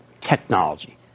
technology